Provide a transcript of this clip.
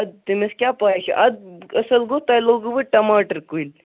اَدٕ تٔمس کیاہ پاے چھِ اَدٕ اصل گوٚو تۄہہِ لوگوٕ وۄنۍ ٹماٹر کُلۍ